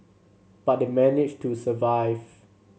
but they managed to survive